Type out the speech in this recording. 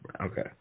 Okay